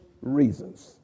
reasons